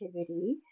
activity